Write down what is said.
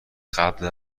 قبل